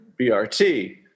brt